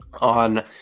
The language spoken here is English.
on